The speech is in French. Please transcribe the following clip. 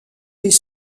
les